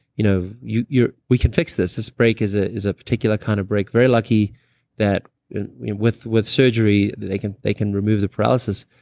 you know we can fix this. this break is ah is a particular kind of break. very lucky that with with surgery they can they can remove the paralysis.